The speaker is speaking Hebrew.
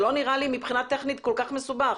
זה לא נראה לי מבחינה טכנית כל כך מסובך.